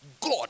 God